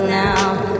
now